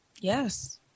Yes